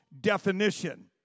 definition